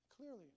clearly